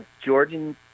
Jordan